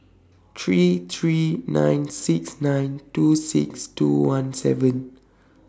three three nine six nine two six two one seven